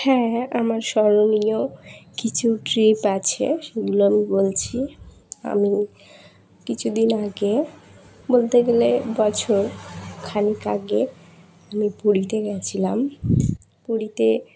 হ্যাঁ আমার স্মরণীয় কিছু ট্রিপ আছে সেগুলো আমি বলছি আমি কিছুদিন আগে বলতে গেলে বছর খানিক আগে আমি পুরীতে গিয়েছিলাম পুরীতে